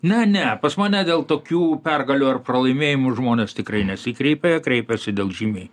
ne ne pas mane dėl tokių pergalių ar pralaimėjimų žmonės tikrai nesikreipia jie kreipiasi dėl žymiai